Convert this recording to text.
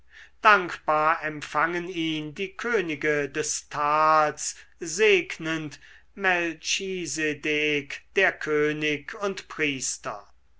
dankbar empfangen ihn die könige des tals segnend melchisedek der könig und priester